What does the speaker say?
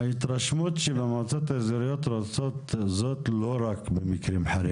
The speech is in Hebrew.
ההתרשמות שבמועצות האזוריות רוצות זאת לא רק במקרים חריגים.